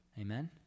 Amen